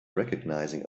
recognizing